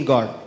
God